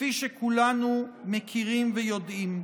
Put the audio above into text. כפי שכולנו מכירים ויודעים,